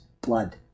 blood